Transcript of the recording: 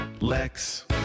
lex